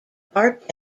art